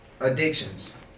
addictions